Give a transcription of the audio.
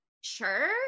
sure